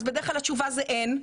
אז בדרך כלל התשובה זה אין,